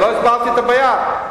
לא הסברתי את הבעיה,